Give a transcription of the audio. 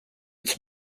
its